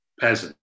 peasant